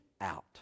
out